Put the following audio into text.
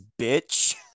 bitch